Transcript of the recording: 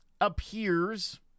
appears